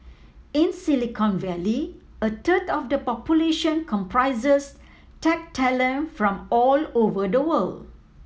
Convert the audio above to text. in Silicon Valley a third of the population comprises tech talent from all over the world